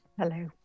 Hello